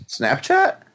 Snapchat